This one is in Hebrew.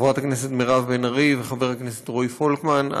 חברת הכנסת מירב בן ארי וחבר הכנסת רועי פולקמן,